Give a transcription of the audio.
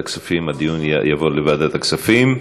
הדיון יעבור לוועדת הכספים.